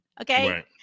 okay